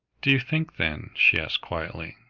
do you think, then, she asked quietly,